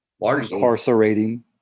incarcerating